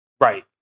Right